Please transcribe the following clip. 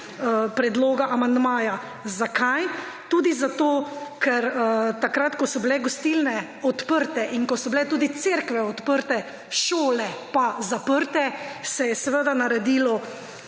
predloga amandmaja. Zakaj? Tudi zato, ker takrat, ko so bile gostilne odprte in ko so bile tudi cerkve odprte, šole pa zaprte, se je seveda naredilo,